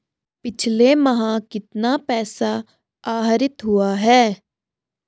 पिछले माह कितना पैसा आहरित हुआ है?